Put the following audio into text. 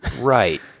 Right